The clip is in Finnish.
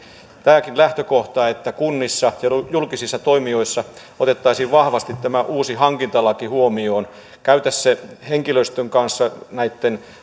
tämäkin lähtökohta että kunnissa ja julkisissa toimijoissa otettaisiin vahvasti tämä uusi hankintalaki huomioon käytäisiin se henkilöstön kanssa ja näitten